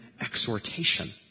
exhortation